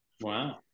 wow